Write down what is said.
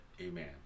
Amen